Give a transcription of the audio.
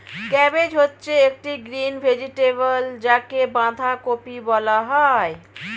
cabbage হচ্ছে একটি green vegetable যাকে বাঁধাকপি বলা হয়